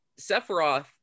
sephiroth